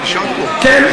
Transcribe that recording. כן.